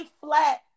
flat